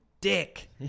dick